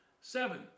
Seven